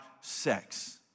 sex